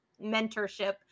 mentorship